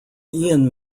ian